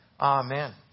Amen